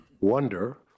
wonder